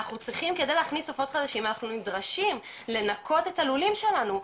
כדי להכניס לולים חדשים אנחנו נדרשים לנקות את הלולים שלנו.